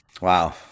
Wow